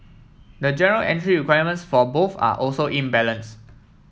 the general entry requirements for both are also imbalanced